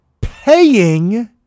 paying